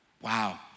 Wow